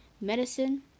medicine